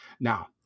Now